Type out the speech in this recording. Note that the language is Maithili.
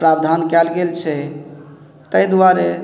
प्रावधान कयल गेल छै ताहि दुआरे